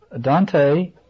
Dante